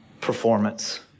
performance